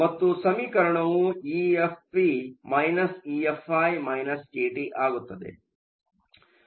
ಮತ್ತು ಸಮೀಕರಣವು EFp EFi kT ಆಗುತ್ತದೆ 0